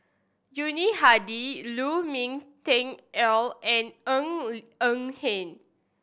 Yuni Hadi Lu Ming Teh Earl and Ng Eng Hen